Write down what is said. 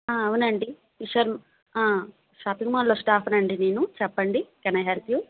అవునండి కిషోర్ షాపింగ్ మాల్లో స్టాఫ్ని అండి నేను చెప్పండి కెన్ ఐ హెల్ప్ యూ